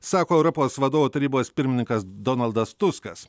sako europos vadovų tarybos pirmininkas donaldas tuskas